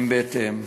הם בהתאם,